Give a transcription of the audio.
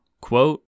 Quote